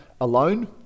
alone